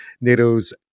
NATO's